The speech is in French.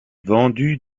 vendu